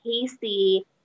Casey